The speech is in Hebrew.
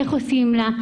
איך עושים לה.